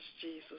Jesus